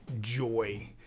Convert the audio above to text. Joy